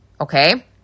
okay